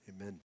Amen